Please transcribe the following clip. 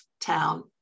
town